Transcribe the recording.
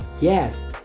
Yes